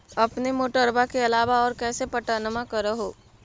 अपने मोटरबा के अलाबा और कैसे पट्टनमा कर हू?